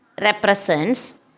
represents